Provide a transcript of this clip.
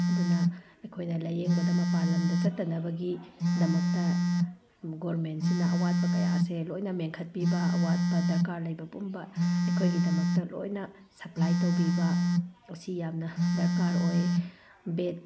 ꯑꯗꯨꯅ ꯑꯩꯈꯣꯏꯅ ꯂꯥꯏꯌꯦꯡꯕꯗ ꯃꯄꯥꯟ ꯂꯝꯗ ꯆꯠꯇꯅꯕꯒꯤꯗꯃꯛꯇ ꯒꯣꯟꯚꯔꯃꯦꯟꯁꯤꯅ ꯑꯋꯥꯠꯄ ꯀꯌꯥꯁꯦ ꯂꯣꯏꯅ ꯃꯦꯟꯈꯠꯄꯤꯕ ꯑꯋꯥꯠꯄ ꯗꯔꯀꯥꯔ ꯂꯩꯕ ꯄꯨꯝꯕ ꯑꯩꯈꯣꯏꯒꯤꯗꯃꯛꯇ ꯂꯣꯏꯅ ꯁꯞꯄ꯭ꯂꯥꯏ ꯇꯧꯕꯤꯕ ꯃꯁꯤ ꯌꯥꯝꯅ ꯗꯔꯀꯥꯔ ꯑꯣꯏ ꯕꯦꯠ